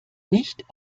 nicht